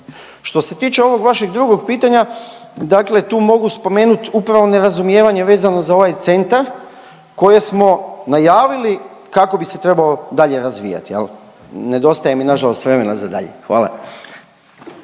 Što se tiče ovog vašeg drugog pitanja, dakle tu mogu spomenut upravo nerazumijevanje vezano za ovaj centar koje smo najavili kako bi se trebao dalje razvijat jel. Nedostaje mi nažalost vremena za dalje, hvala.